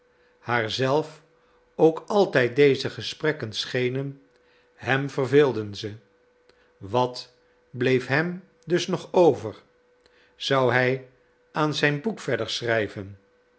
haar zelf ook altijd deze gesprekken schenen hem verveelden ze wat bleef hem dus nog over zou hij aan zijn boek verder schrijven